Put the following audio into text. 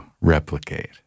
replicate